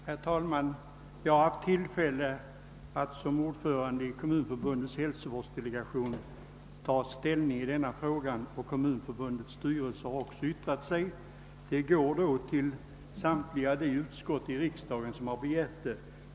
Herr talman! Jag har haft tillfälle att som ordförande i Kommunförbundets hälsovårdsdelegation ta ställning i denna fråga. Förbundets styrelse har också yttrat sig i ärendet, och yttrandet har gått ut till samtliga de utskott i riksdagen som har begärt att få det.